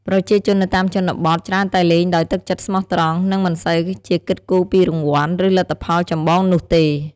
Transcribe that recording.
ប្រជាជននៅតាមជនបទច្រើនតែលេងដោយទឹកចិត្តស្មោះត្រង់ និងមិនសូវជាគិតគូរពីរង្វាន់ ឬលទ្ធផលចម្បងនោះទេ។